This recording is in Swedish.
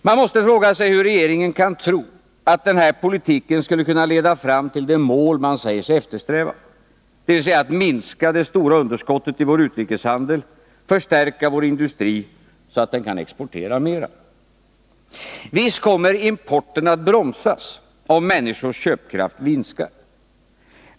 Man måste fråga sig hur regeringen kan tro att denna politik skulle kunna leda fram till det mål man säger sig eftersträva — dvs. att minska det stora underskottet i vår utrikeshandel, förstärka vår industri så att den kan exportera mera. Visst kommer importen att bromsas, om människors köpkraft minskar.